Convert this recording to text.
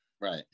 Right